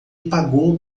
pagou